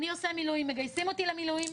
עושה מילואים ,מגייסים אותי למילואים,